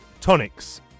tonics